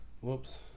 Whoops